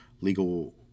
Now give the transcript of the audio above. legal